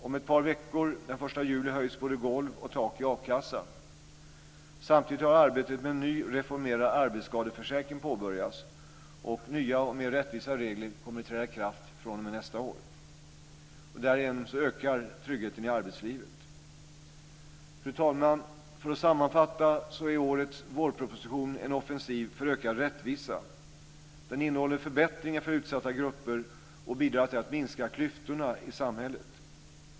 Om ett par veckor, den 1 juli, höjs både golv och tak i a-kassan. Samtidigt har arbetet med en ny reformerad arbetsskadeförsäkring påbörjats, och nya och mer rättvisa regler kommer att träda i kraft fr.o.m. nästa år. Därigenom ökar tryggheten i arbetslivet. Fru talman! För att sammanfatta är årets vårproposition en offensiv för ökad rättvisa. Den innehåller förbättringar för utsatta grupper och bidrar till att minska klyftorna i samhället.